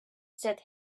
said